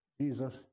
Jesus